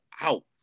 out